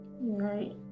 Right